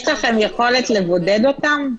יש לכם יכולת לבודד אותם?